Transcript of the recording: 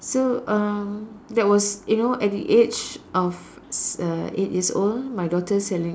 so uh that was you know at the age of s~ uh eight years old my daughter selling